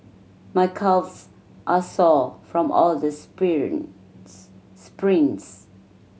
my calves are sore from all the sprints